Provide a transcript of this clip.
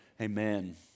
amen